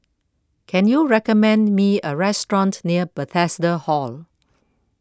can you recommend me a restaurant near Bethesda Hall